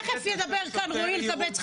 תיכף ידבר כאן רועי אלקבץ,